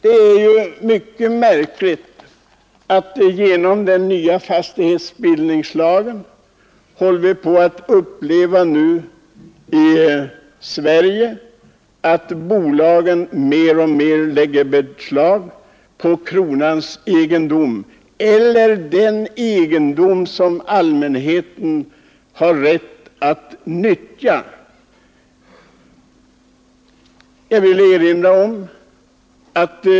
Likaså är det märkligt att vi genom den nya fastighetsbildningslagens tillkomst i Sverige nu får uppleva att bolagen lägger beslag på mer och mer av kronans egendom eller egendom som allmänheten har rätt att nyttja.